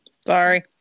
sorry